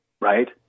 right